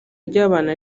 ry’abantu